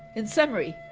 in summary,